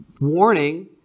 warning